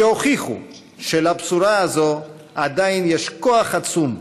שהוכיחו שלבשורה הזאת עדיין יש כוח עצום,